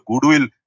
goodwill